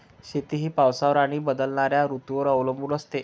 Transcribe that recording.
शेती ही पावसावर आणि बदलणाऱ्या ऋतूंवर अवलंबून असते